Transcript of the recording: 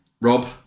Rob